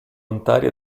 volontari